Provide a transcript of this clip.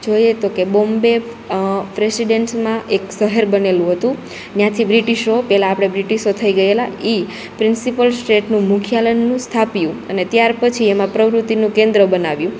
જોઈએ તો કે બોમ્બે પ્રેસીડેન્સમાં એક સહેર બનેલું હતું ન્યાથી બ્રિટીસો પેલા આપડે બ્રિટીસો થઈ ગયેલા ઈ પ્રિન્સિપલ સ્ટેટનું મુખ્યાલનનું સ્થાપ્યું અને ત્યાર પછી એમાં પ્રવૃત્તિનું કેન્દ્ર બનાવ્યું